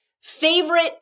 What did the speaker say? favorite